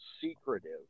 Secretive